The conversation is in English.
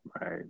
right